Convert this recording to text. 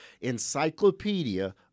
encyclopedia